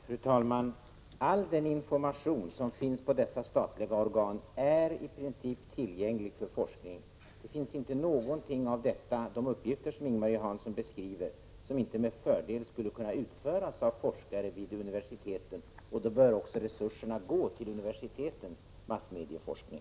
Fru talman! All den information som finns inom dessa statliga organ är i princip tillgänglig för forskning. Det finns ingenting i de uppgifter som Ing-Marie Hansson beskriver som inte med fördel skulle kunna utföras av forskare vid universiteten, och därför bör resurserna gå till universitetens massmedieforskning.